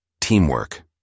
teamwork